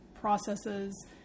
processes